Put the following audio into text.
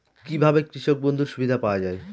কি ভাবে কৃষক বন্ধুর সুবিধা পাওয়া য়ায়?